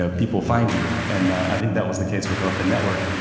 ah people find you. and i think that was the case with orphanetwork.